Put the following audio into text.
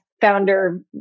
founder